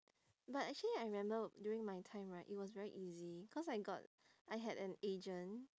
but actually I remember during my time right it was very easy cause I got I had an agent